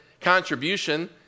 contribution